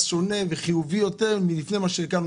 שונה וחיובי יותר מלפני מה שהכרנו.